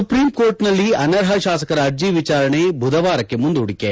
ಸುಪ್ರೀಂಕೋರ್ಟ್ನಲ್ಲಿ ಅನರ್ಹ ಶಾಸಕರ ಅರ್ಜಿ ವಿಚಾರಣೆ ಬುಧವಾರಕ್ಕೆ ಮುಂದೂಡಿಕೆ